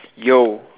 yo